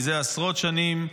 מזה עשרות שנים.